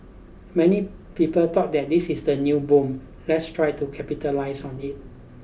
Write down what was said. many people thought that this is the new boom let's try to capitalise on it